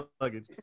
luggage